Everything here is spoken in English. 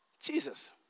Jesus